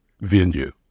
venue